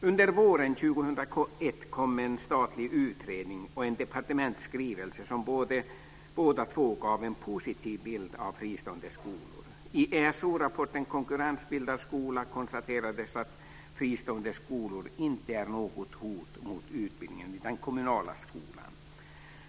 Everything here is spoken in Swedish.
Under våren 2001 kom en statlig utredning och en departementsskrivelse som båda två gav en positiv bild av fristående skolor. I ESO-rapporten Konkurrens bildar skola konstaterades att fristående skolor inte är något hot mot utbildningen i den kommunala skolan.